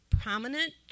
prominent